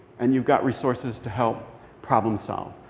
and you've got resources to help problem-solve.